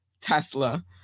Tesla